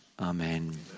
Amen